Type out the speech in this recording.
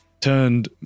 turned